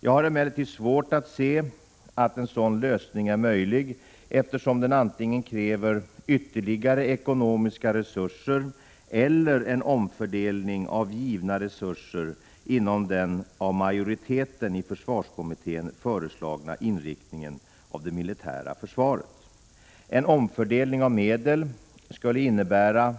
Jag har emellertid svårt att se att en sådan lösning är möjlig, eftersom den antingen kräver ytterligare ekonomiska resurser eller en omfördelning av givna resurser inom den av majoriteten i försvarskommittén föreslagna inriktningen av det militära försvaret. En omfördelning av medel skulle innebära